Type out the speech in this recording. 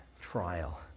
trial